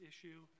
issue